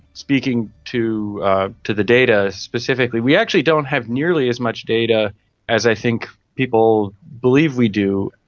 speaking to to the data specifically, we actually don't have nearly as much data as i think people believe we do,